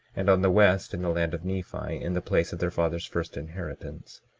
and on the west in the land of nephi, in the place of their fathers' first inheritance,